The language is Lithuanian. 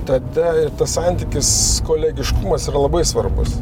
tada ir tas santykis kolegiškumas yra labai svarbus